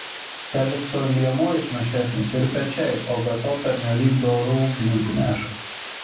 felikso ir liemuo išnašesnis ir pečiai o be to pernelyg doru ūkininku neša